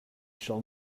shall